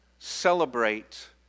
celebrate